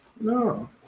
No